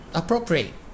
appropriate